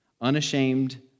unashamed